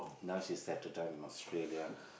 now she's settled down in Australia